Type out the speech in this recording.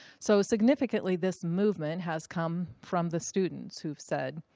so significantly, this movement has come from the students who've said,